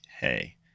Hey